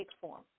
form